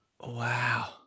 Wow